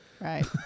Right